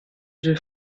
suoi